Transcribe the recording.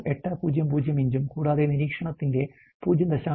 800 ഇഞ്ചും കൂടാതെ നിരീക്ഷണത്തിന്റെ 0